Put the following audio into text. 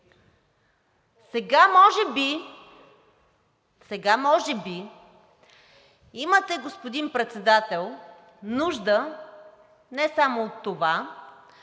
Сега може би имате, господин Председател, нужда не само от това,...